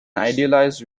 idealized